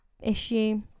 issue